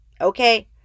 Okay